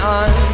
on